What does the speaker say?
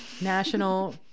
National